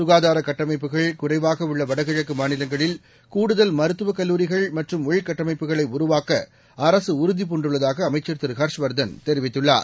க்காதார்கட்டமைப்புகள் குறைவாகஉள்ளவடகிழக்குமாநிலங்களில் கூடுதல் மருத்துவகல்லூரிகள் மற்றும் உள்கட்டமைப்புகளைஉருவாக்கஅரக்உறுதி பூண்டுள்ளதாகஅமைச்சர் திரு ஹர்ஷ் வர்தன் தெரிவித்துள்ளார்